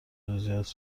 جزییات